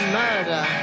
murder